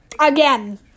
again